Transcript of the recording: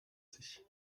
sich